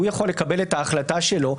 הוא יכול לקבל את ההחלטה שלו.